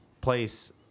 place